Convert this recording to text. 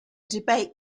debate